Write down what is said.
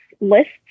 lists